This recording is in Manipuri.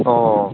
ꯑꯣ